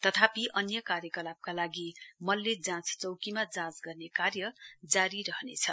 तथापि अन्य कार्यकलापका लागि मल्ली जाँच चौकीमा जाँच गर्ने कार्य जारी रहनेछ